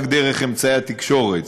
רק דרך אמצעי התקשורת.